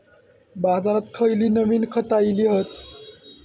बाजारात खयली नवीन खता इली हत?